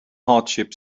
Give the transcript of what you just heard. hardship